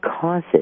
causes